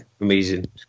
amazing